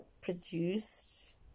produced